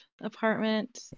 apartment